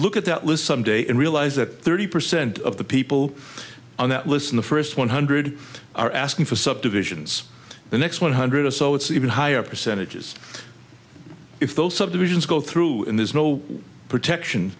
look at that list someday and realize that thirty percent of the people on that list in the first one hundred are asking for subdivisions the next one hundred or so it's even higher percentages if those subdivisions go through and there's no protection